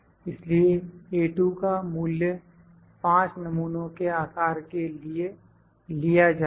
इसलिए का मूल्य 5 नमूनों के आकार के लिए लिया जाएगा